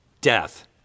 death